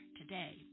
today